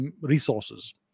resources